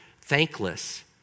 thankless